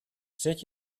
zet